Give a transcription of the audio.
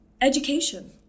Education